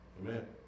Amen